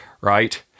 right